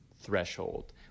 threshold